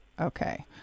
okay